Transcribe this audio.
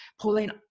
Pauline